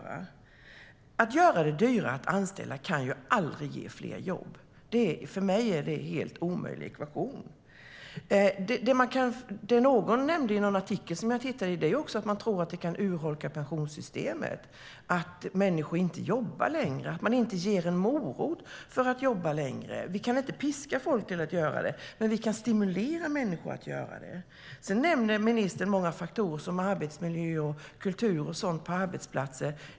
Att göra det dyrare att anställa kan ju aldrig ge fler jobb. För mig är det en helt omöjlig ekvation. Ministern nämnde faktorer som arbetsmiljö, kultur och annat på arbetsplatser.